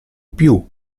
più